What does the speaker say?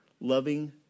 loving